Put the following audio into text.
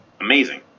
amazing